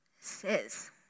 says